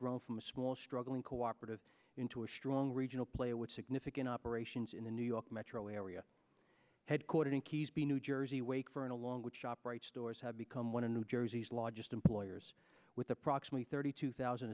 grown from a small struggling cooperative into a strong regional player with significant operations in the new york metro area headquartered in quays b new jersey wake for and along with shoprite stores have become one of new jersey's largest employers with approximately thirty two thousand